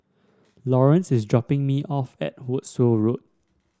Lawerence is dropping me off at Wolskel Road